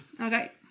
Okay